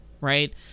Right